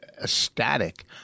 ecstatic